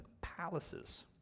palaces